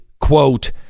quote